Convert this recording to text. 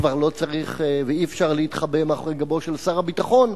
כבר לא צריך ואי-אפשר להתחבא מאחורי גבו של שר הביטחון,